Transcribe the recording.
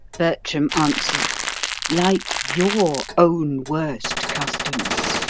bertram answered like your own worst customs.